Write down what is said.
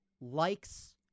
likes